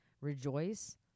rejoice